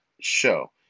show